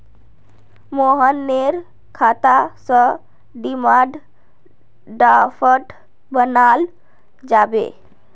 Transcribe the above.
मोहनेर खाता स डिमांड ड्राफ्ट बनाल जाबे